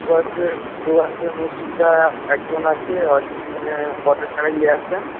sugar free sugar free মিষ্টিটা একজন আছে ওর জন্যে গোটা ছয়েক নিয়ে আসবেন